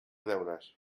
deures